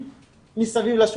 מה שקשור למצבם של בני הנוער בסיכון.